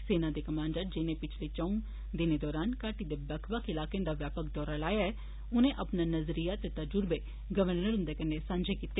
सेना दे कमांडर जिनें पिच्छले चौं दिनें दौरान घाटी दे बक्ख बक्ख इलाकें दा व्यापक दौरा लाया ऐ उनें अपना नज़रिया ते तजुर्बे गवर्नर हुंदे कन्नै सांझे कीते